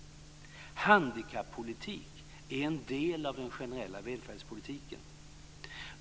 Handikappolitik är en del av den generella välfärdspolitiken.